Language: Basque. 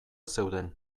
zeuden